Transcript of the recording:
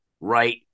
right